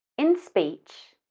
in speech,